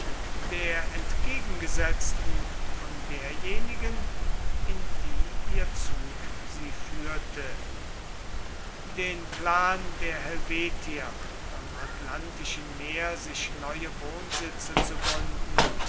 der entgegengesetzten von derjenigen in die ihr zug sie führte den plan der helvetier am atlantischen meer sich neue wohnsitze zu